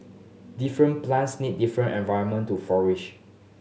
different plants need different environment to flourish